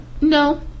No